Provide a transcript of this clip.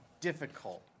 difficult